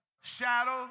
shadow